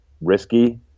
risky